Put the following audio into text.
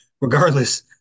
regardless